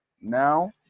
now